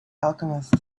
alchemist